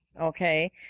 Okay